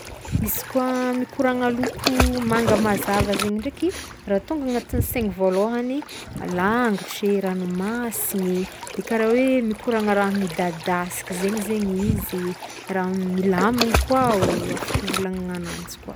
Izy koa mikoragna loko manga mazava zegny ndreky raha tonga agnatin'ny saigny vôlohagny langitry, ranomasigny de karaha hoe mikoragna raha midadasiky zegny zegny izy, raha milamigny koa o afaka ivolagnagna agnanjy koa.